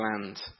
land